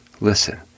Listen